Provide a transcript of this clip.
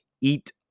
eat